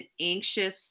anxious